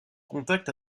contact